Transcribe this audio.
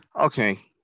Okay